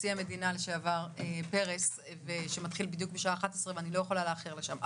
נשיא המדינה לשעבר פרס שמתחיל בדיוק בשעה 11:00 ואני לא יכולה לאחר לשם.